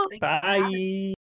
Bye